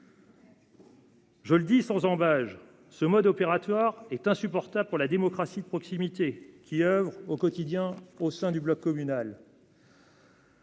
Je le dis sans ambages ce mode opératoire est insupportable pour la démocratie de proximité qui oeuvrent au quotidien au sein du bloc communal.